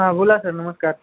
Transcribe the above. हां बोला सर नमस्कार